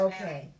Okay